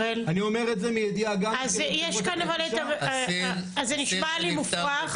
אני אומר את זה מידיעה גם --- זה נשמע לי מופרך.